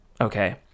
Okay